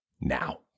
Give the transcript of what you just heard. now